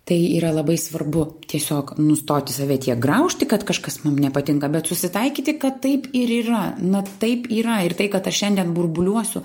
tai yra labai svarbu tiesiog nustoti save tiek graužti kad kažkas mum nepatinka bet susitaikyti kad taip ir yra na taip yra ir tai kad aš šiandien burbuliuosiu